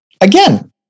again